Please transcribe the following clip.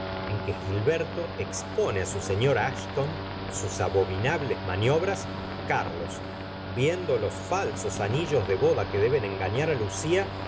en que gilberto expone á su señor asthon sus abominables maniobras carlos viendo los falsos anillos de boda que deben engañar á lucia